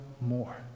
more